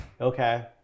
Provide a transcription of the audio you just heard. Okay